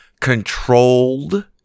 controlled